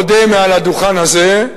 אודה מעל הדוכן הזה,